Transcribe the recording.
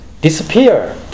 disappear